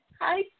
Hi